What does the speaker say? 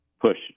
push